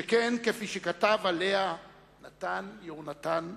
שכן, כפי שכתב עליה נתן יונתן,